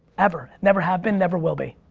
ever. never have been, never will be.